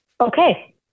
Okay